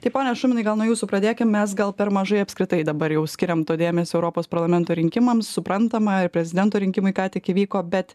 tai pone šuminai gal nuo jūsų pradėkim mes gal per mažai apskritai dabar jau skiriam to dėmesio europos parlamento rinkimams suprantama ir prezidento rinkimai ką tik įvyko bet